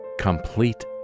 complete